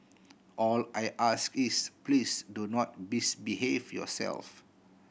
all I ask is please do not misbehave yourself